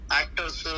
actors